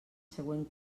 següent